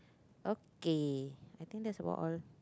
okay I think that's about all